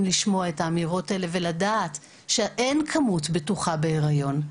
לשמוע את האמירות האלה שאין כמות בטוחה בהיריון.